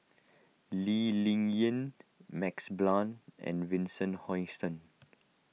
Lee Ling Yen Max Blond and Vincent Hoisington